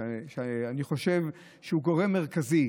שאני חושב שהם גורם מרכזי